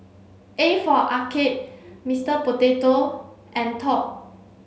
a for Arcade Mister Potato and Top